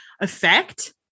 effect